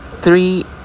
three